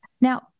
Now